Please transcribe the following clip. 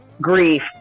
grief